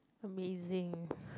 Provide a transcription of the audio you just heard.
amazing